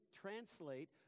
translate